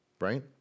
Right